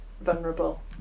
vulnerable